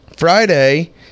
Friday